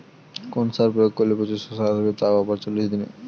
কোন সার প্রয়োগ করলে প্রচুর শশা আসবে তাও আবার চল্লিশ দিনে?